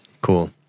Cool